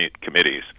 committees